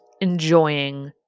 enjoying